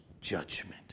judgment